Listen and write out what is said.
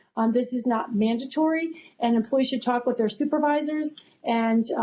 um this is not mandatory and employees should talk with their supervisors and.